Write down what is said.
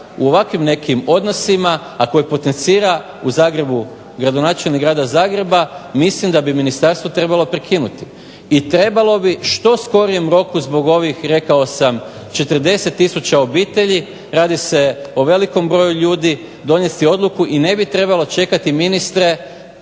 u ovakvim nekim odnosima a koje potencira u Zagrebu gradonačelnik grada Zagreba i mislim da bi Ministarstvo trebalo prekinuti i trebalo bi u što skorijem roku zbog ovih 40 tisuća obitelji, radi se o velikom broju ljudi donijeti odluku i ne bi trebalo čekati ministre